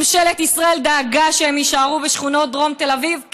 ממשלת ישראל דאגה שהם יישארו בשכונות דרום תל אביב,